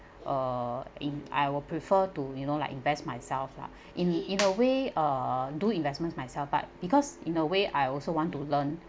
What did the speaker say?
uh in I will prefer to you know like invest myself lah in in a way uh do investments myself but because in a way I also want to learn